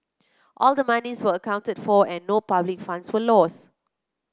all the monies were accounted for and no public funds were lost